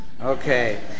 okay